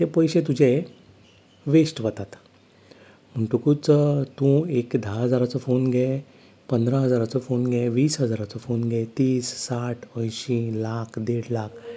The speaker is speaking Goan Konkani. तें पयशें तुजे वेस्ट वतात म्हणटकूच तूं एक धा हजाराचो फोन घे पंदरा हजाराचो फोन घे वीस हजाराचो पोन घे तीस शाठ अंयशी लाख देड लाख